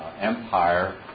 Empire